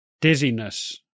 dizziness